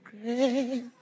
grace